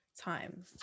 time